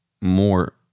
more